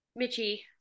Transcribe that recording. Mitchie